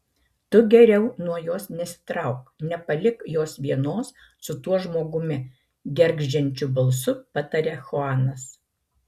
tu geriau nuo jos nesitrauk nepalik jos vienos su tuo žmogumi gergždžiančiu balsu pataria chuanas